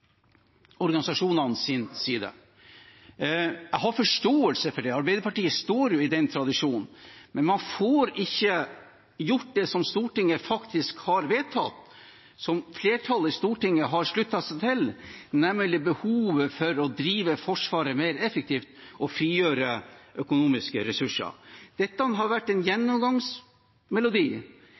side. Jeg har forståelse for det, Arbeiderpartiet står jo i den tradisjonen, men man får ikke gjort det som Stortinget faktisk har vedtatt, og som flertallet i Stortinget har sluttet seg til, nemlig å drive Forsvaret mer effektivt og frigjøre økonomiske ressurser. Dette har vært en gjennomgangsmelodi